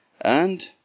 And